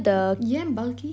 ஏன்:yean bulky